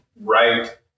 right